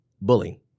bullying